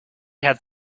had